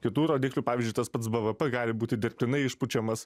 kitų rodiklių pavyzdžiui tas pats bvp gali būti dirbtinai išpučiamas